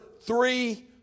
three